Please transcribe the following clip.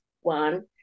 one